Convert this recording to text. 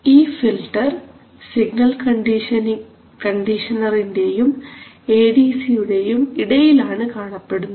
ഈ filter signal കണ്ടീഷനറിന്റെയും A D C യുടെയും ഇടയിലാണ് കാണപ്പെടുന്നത്